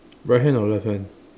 right hand or left hand